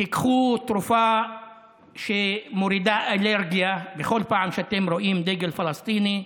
תיקחו תרופה שמורידה אלרגיה בכל פעם שאתם רואים דגל פלסטיני.